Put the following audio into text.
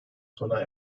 sona